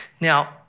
Now